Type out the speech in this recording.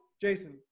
Jason